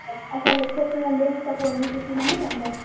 असां लिखित में ॾियूं त पोइ हीअं छुटी न मिलंदसि